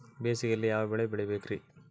ಬೇಸಿಗೆಯಲ್ಲಿ ಯಾವ ಬೆಳೆ ಬೆಳಿಬೇಕ್ರಿ?